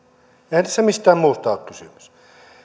eihän tässä mistään muusta ole kysymys